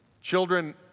children